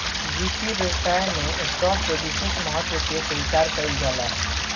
वित्तीय व्यवस्था में स्टॉक के विशेष महत्व के स्वीकार कईल जाला